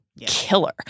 killer